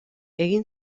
egin